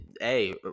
hey